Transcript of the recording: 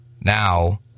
now